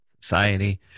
society